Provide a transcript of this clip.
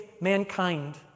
mankind